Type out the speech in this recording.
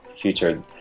future